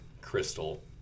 crystal